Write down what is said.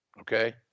Okay